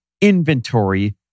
inventory